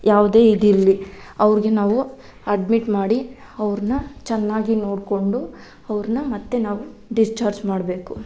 ಯಾವುದೇ ಇದಿರಲಿ ಅವ್ರಿಗೆ ನಾವು ಅಡ್ಮಿಟ್ ಮಾಡಿ ಅವ್ರನ್ನ ಚೆನ್ನಾಗಿ ನೋಡಿಕೊಂಡು ಅವ್ರನ್ನ ಮತ್ತೆ ನಾವು ಡಿಸ್ಚಾರ್ಜ್ ಮಾಡಬೇಕು